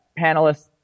Panelists